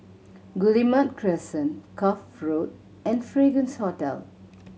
Guillemard Crescent Cuff Road and Fragrance Hotel